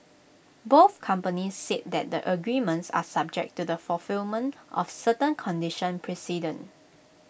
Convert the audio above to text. both companies said that the agreements are subject to the fulfilment of certain conditions precedent